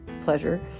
pleasure